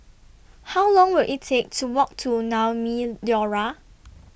How Long Will IT Take to Walk to Naumi Liora